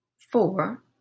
four